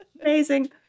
Amazing